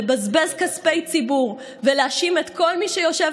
לבזבז כספי ציבור ולהאשים את כל מי שיושב